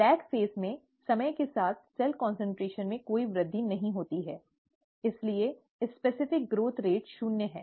lag चरण में समय के साथ सेल कंसंट्रेशन में कोई वृद्धि नहीं होती है इसलिए विशिष्ट विकास दर शून्य है